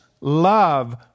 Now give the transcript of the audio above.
love